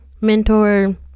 mentor